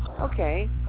okay